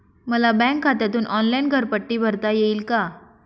मला बँक खात्यातून ऑनलाइन घरपट्टी भरता येईल का?